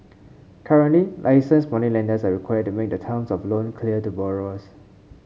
currently licensed moneylenders are required to make the terms of loan clear to borrowers